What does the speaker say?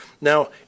Now